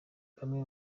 bamwe